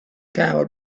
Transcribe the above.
camel